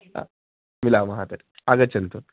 हा मिलामः तर्हि आगच्छन्तु